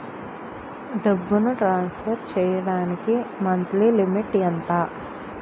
డబ్బును ట్రాన్సఫర్ చేయడానికి monthly limit ఎంత?